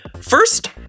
First